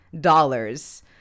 dollars